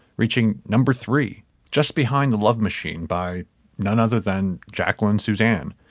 reaching number three just behind the love machine by none other than jacqueline suzanne.